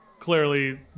clearly